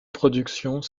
productions